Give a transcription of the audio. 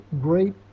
Great